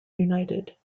united